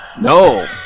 No